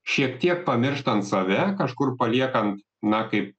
šiek tiek pamirštant save kažkur paliekant na kaip